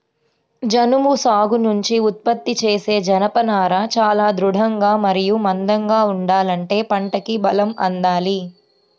జనుము సాగు నుంచి ఉత్పత్తి చేసే జనపనార చాలా దృఢంగా మరియు మందంగా ఉండాలంటే పంటకి బలం అందాలి